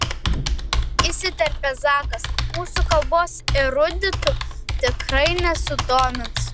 įsiterpia zakas mūsų kalbos eruditų tikrai nesudomins